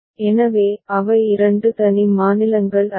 எனவே அவை இரண்டு தனி மாநிலங்கள் அல்ல